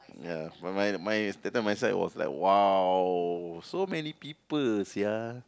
ya my my my that time my side was like !wow! so many people sia